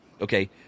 Okay